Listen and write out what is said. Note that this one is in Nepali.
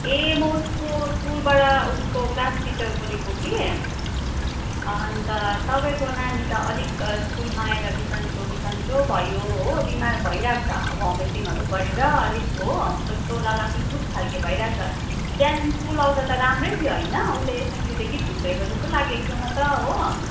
ए म उसको स्कुलबाट उसको क्लास टिचर बोलेको कि अन्त तपाईँको नानी त अलिक स्कुलमा आएर बिसन्चो बिसन्चो भयो हो बिमार भइरहेको छ भमिटिङहरू गरेर अलिक हो कस्तो लालाकलुलुक खालके भइरहेको छ बिहान स्कुल आउँदा त राम्रै थियो होइन ऊ त एसेम्लीदेखि झोक्रेको जस्तो लाग्यो एकछिन म त हो